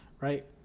right